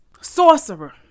sorcerer